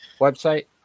website